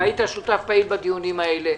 שהיית שותף פעיל בדיונים האלה.